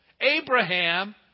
Abraham